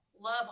love